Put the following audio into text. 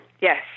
Yes